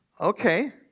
Okay